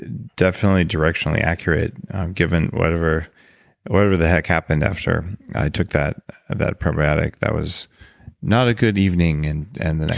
and definitely directionally accurate given whatever whatever the heck happened after i took that that probiotic. that was not a good evening and. and yeah.